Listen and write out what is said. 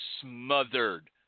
smothered